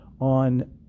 on